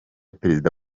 parezida